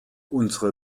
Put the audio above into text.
unsere